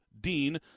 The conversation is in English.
DEAN